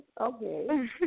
Okay